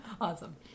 Awesome